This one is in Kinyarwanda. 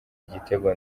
igitego